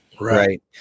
Right